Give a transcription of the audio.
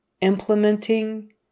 Implementing